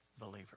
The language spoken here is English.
believer